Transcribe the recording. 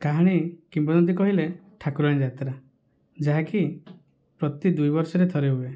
କାହାଣୀ କିମ୍ବଦନ୍ତୀ କହିଲେ ଠାକୁରାଣୀ ଯାତ୍ରା ଯାହାକି ପ୍ରତି ଦୁଇ ବର୍ଷ ରେ ଥରେ ହୁଏ